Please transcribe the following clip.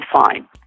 fine